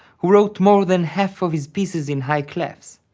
who wrote more than half of his pieces in high clefs.